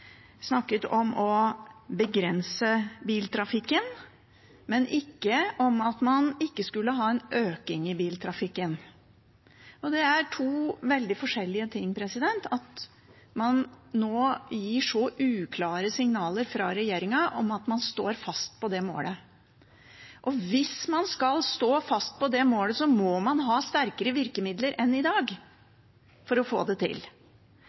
snakket i sitt innlegg om å begrense biltrafikken, men ikke om at man ikke skulle ha en økning i biltrafikken. Det er to veldig forskjellige ting, så man gir nå uklare signaler fra regjeringen om hvorvidt man står fast på det målet. Hvis man skal stå fast på det målet, må man ha sterkere virkemidler enn i dag for å få det til,